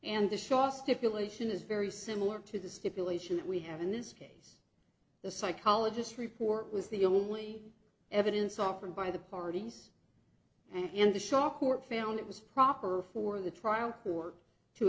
and the shah stipulation is very similar to the stipulation that we have in this case the psychologist report was the only evidence offered by the parties and the shock court found it was proper for the trial court to